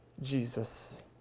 Jesus